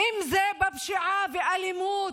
אם זה בפשיעה ובאלימות?